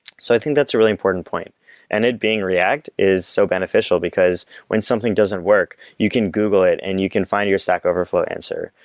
so i think that's a really important point and it being react is so beneficial, because when something doesn't work, you can google it and you can find your stack overflow answer.